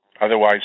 Otherwise